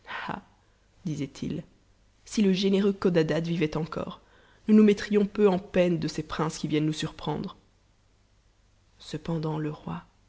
disaient-ils si le généreux codadad vivait encore nous nous mettrions peu en peine de ces princes qui viennent nous surprendre cependant le roi